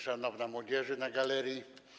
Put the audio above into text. Szanowna Młodzieży na galerii!